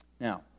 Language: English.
Now